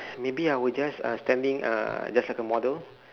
maybe I will just uh standing uh just like a model